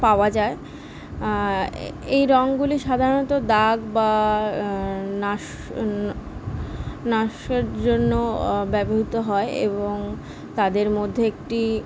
পাওয়া যায় এ এই রঙগুলি সাধারণত দাগ বা নাসা নাসার জন্য ব্যবহৃত হয় এবং তাদের মধ্যে একটি